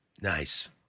Nice